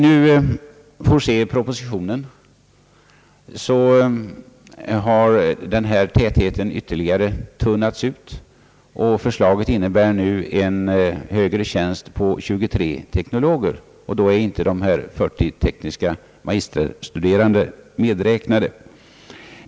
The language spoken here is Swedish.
1 propositionen har denna täthet ytterligare tunnats ut. Förslaget innebär nu en högre tjänst på 23 teknologer, och då är inte de 40 tekniska magisterstuderandena medräknade.